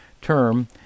term